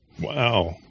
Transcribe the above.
Wow